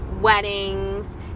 weddings